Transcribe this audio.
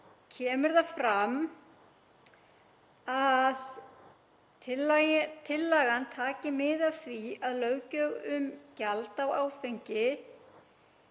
kemur fram að tillagan tekur mið af því að löggjöf um gjald á áfengi